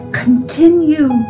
continue